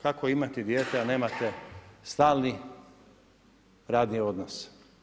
Kako, kako imati dijete a nemate stalni radni odnos?